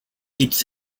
its